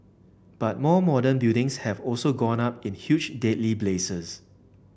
but more modern buildings have also gone up in huge deadly blazes